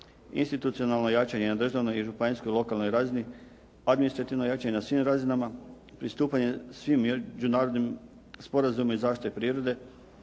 institucionalno jačanje na državnoj i županijskoj lokalnoj razini, administrativno jačanje na svim razinama, pristupanje svim međunarodnim sporazumima i zaštite prirode,